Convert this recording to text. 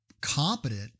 competent